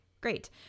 great